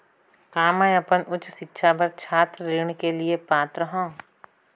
का मैं अपन उच्च शिक्षा बर छात्र ऋण के लिए पात्र हंव?